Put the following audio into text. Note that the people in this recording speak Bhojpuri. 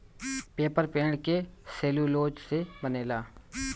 पेपर पेड़ के सेल्यूलोज़ से बनेला